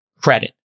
credit